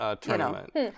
tournament